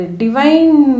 divine